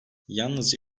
yalnızca